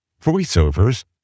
voiceovers